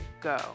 go